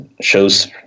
shows